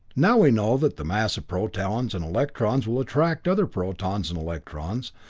now we know that the mass of protons and electrons will attract other protons and electrons,